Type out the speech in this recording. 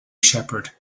shepherd